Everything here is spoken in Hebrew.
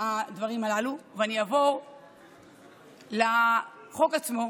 הדברים הללו ואני אעבור לחוק עצמו,